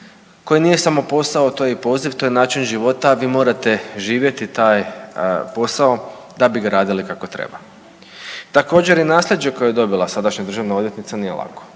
koji nije samo posao, to je i poziv, to je i način života, a vi morate živjeti taj posao da bi ga radili kako treba. Također i nasljeđe koje je dobila sadašnja državna odvjetnica nije lako,